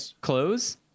clothes